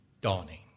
dawning